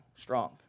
strong